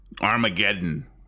Armageddon